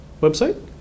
Website